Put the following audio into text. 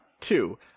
two